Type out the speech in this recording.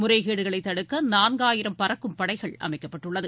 முறைகேடுகளைத் தடுக்க நான்காயிரம் பறக்கும் படைகள் அமைக்கப்பட்டுள்ளது